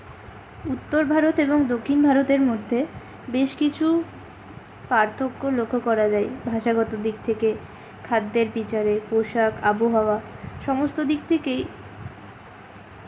উত্তর ভারত এবং দক্ষিণ ভারতের মধ্যে বেশ কিছু পার্থক্য লক্ষ্য করা যায় ভাষাগত দিক থেকে খাদ্যের বিচারে পোশাক আবহাওয়া সমস্ত দিক থেকেই